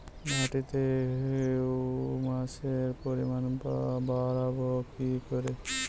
মাটিতে হিউমাসের পরিমাণ বারবো কি করে?